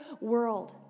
world